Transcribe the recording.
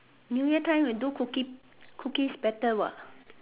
new year time you do cookie cookies better what